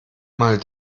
mal